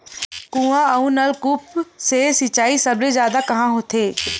कुआं अउ नलकूप से सिंचाई सबले जादा कहां होथे?